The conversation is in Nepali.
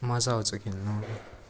मजा आउँछ खेल्नु